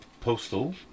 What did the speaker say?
postal